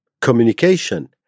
Communication